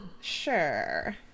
Sure